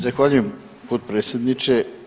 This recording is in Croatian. Zahvaljujem potpredsjedniče.